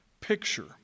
picture